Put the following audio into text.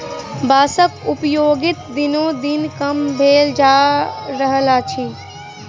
बाँसक उपयोगिता दिनोदिन कम भेल जा रहल अछि